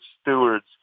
stewards